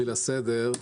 בשביל הסדר,